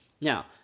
Now